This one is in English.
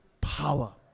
power